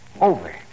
Over